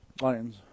Lions